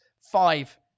five